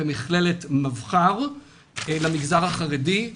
במכללת מבח"ר למגזר החרדי,